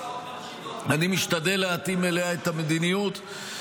--- אני משתדל להתאים אליה את המדיניות,